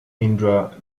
indra